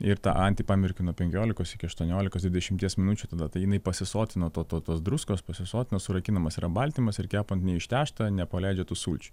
ir tą antį pamerkiu nuo penkiolikos iki aštuoniolikos dvidešimties minučių tada tai jinai pasisotino to to tos druskos pasisotina surakinamas yra baltymas ir kepant neištęžta nepaleidžia tų sulčių